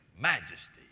Majesty